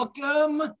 Welcome